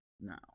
no